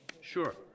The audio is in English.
sure